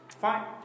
Fine